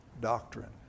doctrine